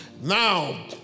Now